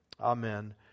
Amen